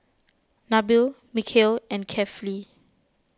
Nabil Mikhail and Kefli